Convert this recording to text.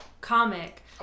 comic